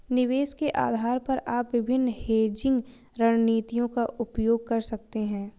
निवेश के आधार पर आप विभिन्न हेजिंग रणनीतियों का उपयोग कर सकते हैं